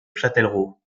châtellerault